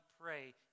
pray